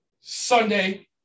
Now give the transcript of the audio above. Sunday